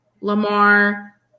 Lamar